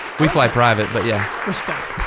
we fly private, but yeah. respect.